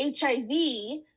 HIV